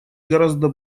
гораздо